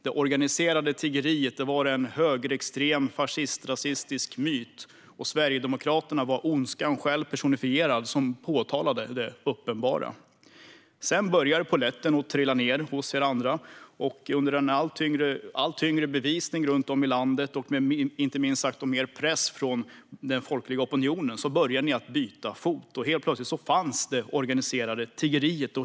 Det organiserade tiggeriet var en högerextrem, fascist-rasistisk myt, och Sverigedemokraterna var ondskan personifierad som påtalade det uppenbara. Sedan börjar polletten trilla ned hos er andra, och under allt tyngre bevisning runt om i landet och inte minst press från den folkliga opinionen börjar ni byta fot. Helt plötsligt fanns det organiserade tiggeriet.